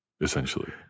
essentially